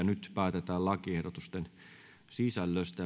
nyt päätetään lakiehdotusten sisällöstä